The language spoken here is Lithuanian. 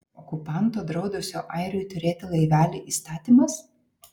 okupanto draudusio airiui turėti laivelį įstatymas